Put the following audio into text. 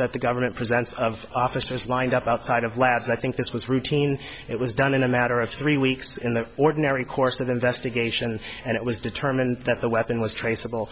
that the government presents of officers lined up outside of labs i think this was routine it was done in a matter of three weeks in the ordinary course of investigation and it was determined that the weapon was traceable